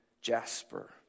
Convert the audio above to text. jasper